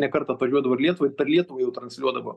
ne kartą atvažiuodavo ir į lietuvą ir per lietuvą jau transliuodavo